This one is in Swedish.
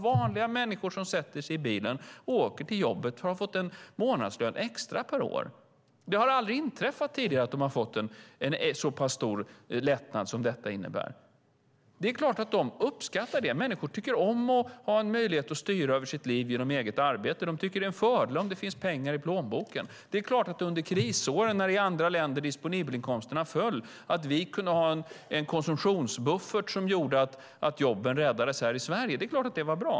Vanliga människor som sätter sig i bilen och åker till jobbet har fått en månadslön extra per år. Det har aldrig inträffat tidigare att de har fått en så stor lättnad som detta innebär. Det är klart att de uppskattar det. Människor tycker om att ha en möjlighet att styra över sitt eget liv genom eget arbete. De tycker att det är en fördel om det finns pengar i plånboken. Under krisåren, när de disponibla inkomsterna i andra länder sjönk, kunde vi ha en konsumtionsbuffert som gjorde att jobben räddades här i Sverige. Det är klart att det var bra.